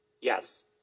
Yes